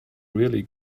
really